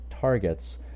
targets